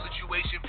situation